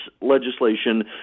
legislation